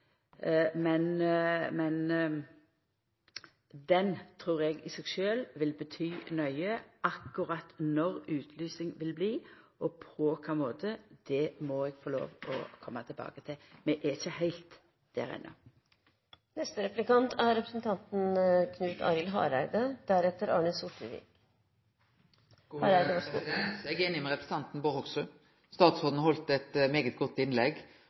trur eg i seg sjølv vil bety mykje. Akkurat når utlysinga vil koma og på kva måte, må eg få lov til å koma tilbake til. Vi er ikkje heilt der enno. Eg er einig med representanten Bård Hoksrud: Statsråden heldt eit veldig godt innlegg, Og særleg likte eg det statsråden